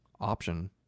option